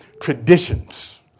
traditions